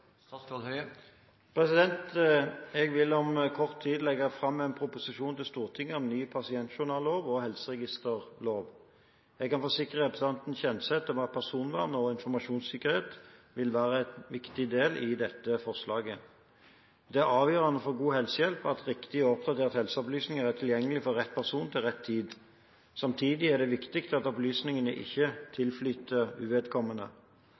Jeg vil om kort tid legge fram en proposisjon til Stortinget om ny pasientjournallov og helseregisterlov. Jeg kan forsikre representanten Kjenseth om at personvern og informasjonssikkerhet vil være viktige deler i dette forslaget. Det er avgjørende for god helsehjelp at riktige og oppdaterte helseopplysninger er tilgjengelige for rett person til rett tid. Samtidig er det viktig at opplysningene ikke tilflyter uvedkommende.